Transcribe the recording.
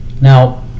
Now